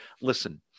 Listen